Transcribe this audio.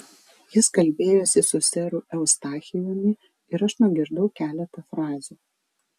jis kalbėjosi su seru eustachijumi ir aš nugirdau keletą frazių